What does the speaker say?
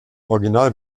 original